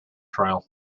trail